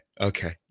Okay